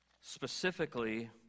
specifically